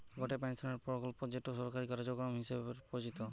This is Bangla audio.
গটে পেনশনের প্রকল্প যেটো সরকারি কার্যক্রম হিসবরে পরিচিত